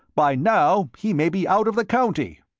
by now he may be out of the county.